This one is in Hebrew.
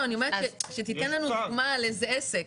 שתיתן לנו דוגמה לעסק.